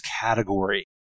category